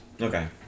Okay